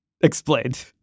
Explained